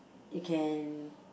you can